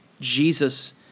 Jesus